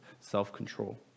self-control